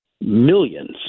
millions